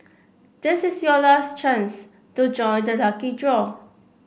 this is your last chance to join the lucky draw